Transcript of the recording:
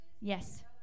yes